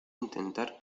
intentar